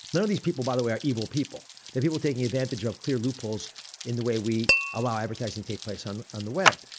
none of these people, by the way are evil people. they're people taking advantage of clear loopholes in the way we allow advertising to take place on on the web.